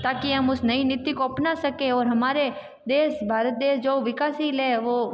ताकि हम उस नई नीति को अपना सकें और हमारे देस भारत देश जो विकासशील है वो